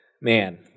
man